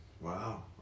wow